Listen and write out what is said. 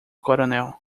coronel